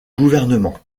gouvernement